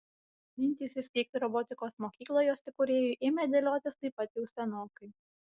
mintys įsteigti robotikos mokyklą jos įkūrėjui ėmė dėliotis taip pat jau senokai